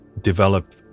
develop